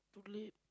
tulip